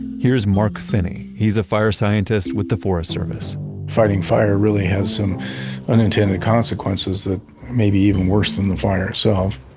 here's mark finney, he's a fire scientist with the forest service fighting fire really has some unintended consequences that may be even worse than the fire itself,